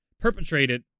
perpetrated